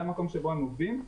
למקום בו הם עובדים,